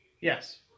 Yes